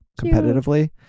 competitively